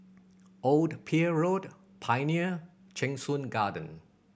Old Pier Road Pioneer Cheng Soon Garden